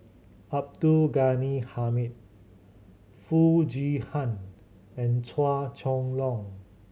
Abdul Ghani Hamid Foo Chee Han and Chua Chong Long